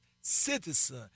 citizen